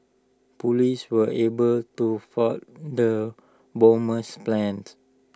Police were able to foil the bomber's plants